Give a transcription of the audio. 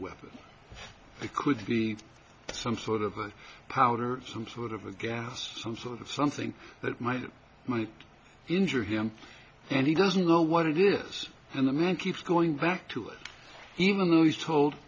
weapon it could be some sort of a powder some sort of against some sort of something that might might injure him and he doesn't know what it is and the man keeps going back to it even though he's told